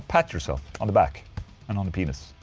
pat yourself on the back and on the penis.